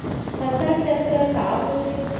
फसल चक्र का होथे?